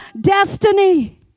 destiny